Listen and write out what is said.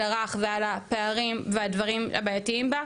הרך ועל הפערים והדברים הבעייתיים בה,